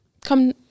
come